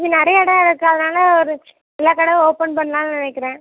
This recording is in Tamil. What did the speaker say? இங்கே நிறைய இடம் இருக்குது அதனால் ஒரு இந்த கடை ஓப்பன் பண்ணலான்னு நினைக்குறேன்